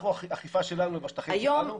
האכיפה שלנו היא בשטחים שלנו.